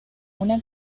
una